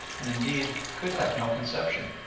and indeed could have no conception,